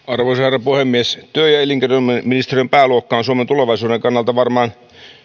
arvoisa herra puhemies työ ja elinkeinoministeriön pääluokka on suomen tulevaisuuden kannalta varmaan